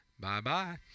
Bye-bye